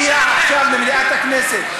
מגיע עכשיו למליאת הכנסת,